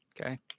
Okay